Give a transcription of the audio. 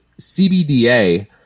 CBDA